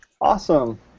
Awesome